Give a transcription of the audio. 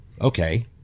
Okay